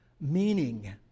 meaning